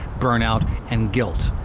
burnout, and guilt.